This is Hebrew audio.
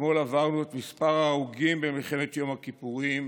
אתמול עברנו את מספר ההרוגים במלחמת יום הכיפורים,